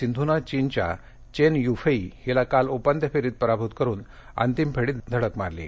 सिंधूनं चीनच्या Chen Yufei हिला काल उपांत्य फेरीत पराभूत करुन अंतिम फेरीत धडक मारली आहे